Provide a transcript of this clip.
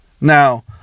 Now